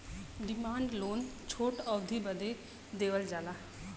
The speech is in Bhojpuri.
डिमान्ड लोन छोट अवधी बदे देवल जाला